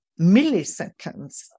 milliseconds